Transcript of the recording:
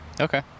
okay